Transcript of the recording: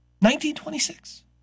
1926